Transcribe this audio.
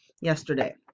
yesterday